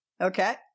Okay